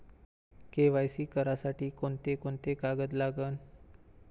KYC करासाठी कोंते कोंते कागद लागन?